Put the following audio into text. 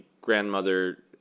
grandmother